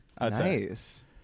Nice